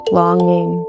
longing